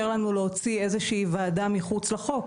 לנו להוציא איזושהי ועדה מחוץ לחוק,